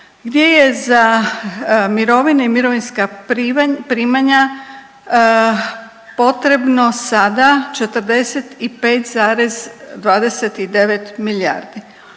gdje je za mirovine i mirovinska primanja potrebno sada 45,29 milijardi.